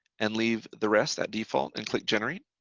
and leave the rest at default and click generate.